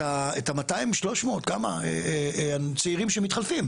את ה- 200, 300 צעירים שמתחלפים,